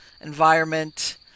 environment